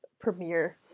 Premiere